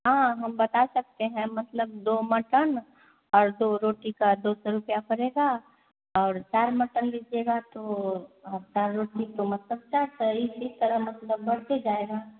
हाँ हम बता सकते हैं मतलब दो मटन और दो रोटी का दो सौ रुपये पड़ेगा और चार मटन लीजिएगा तो चार रोटी का मतलब चार सौ इसी तरह मतलब बढ़ता जाएगा